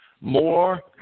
more